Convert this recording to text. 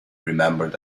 remembered